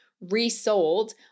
resold